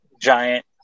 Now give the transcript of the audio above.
Giant